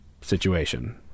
situation